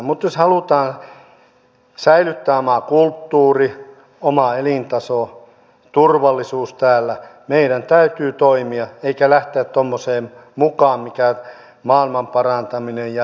mutta jos halutaan säilyttää oma kulttuuri oma elintaso turvallisuus täällä meidän täytyy toimia eikä lähteä tuommoiseen maailmanparantamiseen ja hyysäämiseen mukaan